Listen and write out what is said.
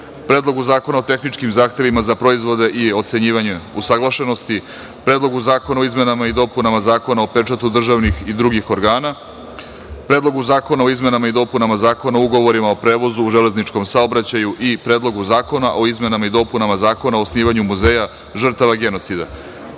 Predlogu zakona o tehničkim zahtevima za proizvode i ocenjivanje usaglašenosti, Predlogu zakona o izmenama i dopunama Zakona o pečatu državnih i drugih organa, Predlogu zakona o izmenama i dopunama Zakona o ugovorima o prevozu u železničkom saobraćaju, Predlogu zakona o izmenama i dopunama Zakona o osnivanju Muzeja žrtava genocida. Da